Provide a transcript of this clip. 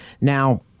Now